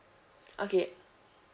okay